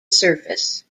surface